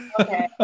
Okay